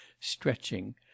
stretching